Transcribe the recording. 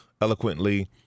eloquently